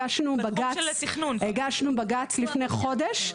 הגשנו בג"ץ לפני חודש.